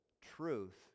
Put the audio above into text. truth